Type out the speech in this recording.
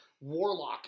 warlock